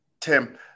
Tim